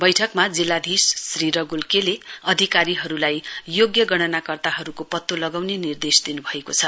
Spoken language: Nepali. बैठकमा जिल्लाधीश श्री रघुल के ले अधिकारीहरूलाई योग्य गणनाकर्ताहरूको पत्तो लगाउने निर्देश दिनु भएको छ